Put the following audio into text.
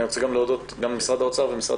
אני רוצה להודות גם למשרד האוצר ומשרד